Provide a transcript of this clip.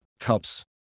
helps